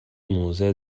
موضع